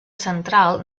central